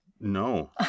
No